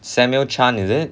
samuel chan is it